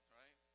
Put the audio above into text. right